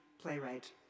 playwright